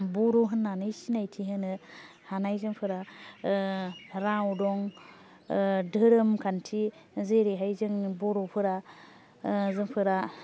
बर' होन्नानै सिनायथि होनो हानाय जोंफोरा राव दं धोरोम खान्थि जेरैहाय जोंनि बर'फोरा जोंफोरा